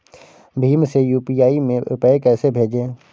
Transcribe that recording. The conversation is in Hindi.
भीम से यू.पी.आई में रूपए कैसे भेजें?